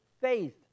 faith